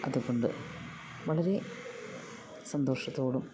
അതുകൊണ്ട് വളരെ സന്തോഷത്തോടും